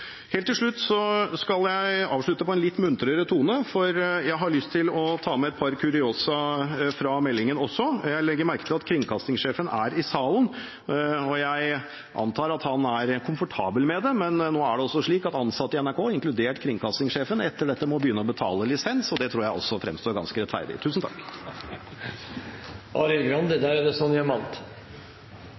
en litt muntrere tone, for jeg har lyst til å ta med et par kuriosa fra meldingen også. Jeg legger merke til at kringkastingssjefen er i salen, og jeg antar at han er komfortabel med det, men nå er det altså slik at ansatte i NRK, inkludert kringkastingssjefen, etter dette må begynne å betale lisens – og det tror jeg også fremstår som ganske rettferdig. Debatten begynner å nærme seg slutten, og det